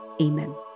Amen